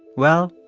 well,